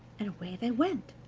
and away they went,